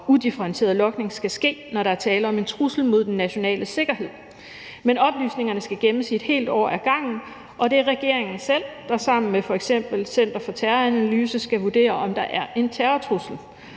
udifferentierede logning skal ske, når der er tale om en trussel mod den nationale sikkerhed. Men oplysningerne skal gemmes i et helt år ad gangen, og det er regeringen selv, der sammen med f.eks. Center for Terroranalyse skal vurdere, om der er en terrortrussel.